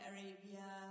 Arabia